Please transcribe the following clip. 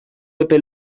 epe